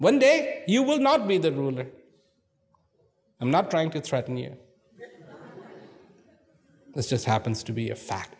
one day you will not be the ruler i'm not trying to threaten you it's just happens to be a fact